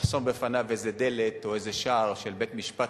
לחסום בפניו איזה דלת או איזה שער של בית-משפט